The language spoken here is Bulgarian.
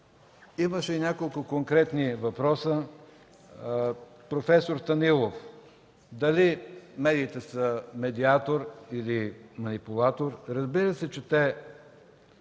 Имаше и няколко конкретни въпроса – професор Станилов: дали медиите са медиатор или манипулатор? Разбира се, че те